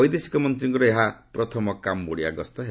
ବୈଦେଶିକ ମନ୍ତ୍ରୀଙ୍କର ଏହା ପ୍ରଥମ କାୟୋଡ଼ିଆ ଗସ୍ତ ହେବ